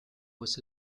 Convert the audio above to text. was